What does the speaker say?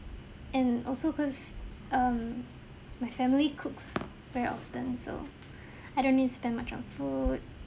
and also cause um my family cooks very often so I don't need to spend much on food